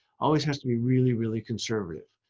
always has to be really, really conservative.